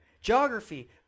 geography